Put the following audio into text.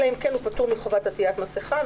אלא אם כן הוא פטור מחובת עטיית מסכה,